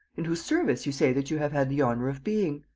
in whose service you say that you have had the honour of being.